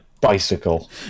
bicycle